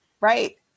Right